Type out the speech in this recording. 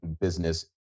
business